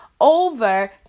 over